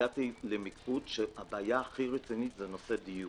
הגעתי למיקוד שהבעיה הכי רצינית היא נושא הדיור.